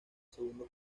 segundo